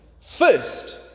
first